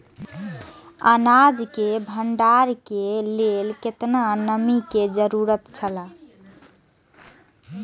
अनाज के भण्डार के लेल केतना नमि के जरूरत छला?